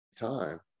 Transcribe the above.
time